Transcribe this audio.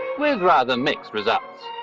with rather mixed results.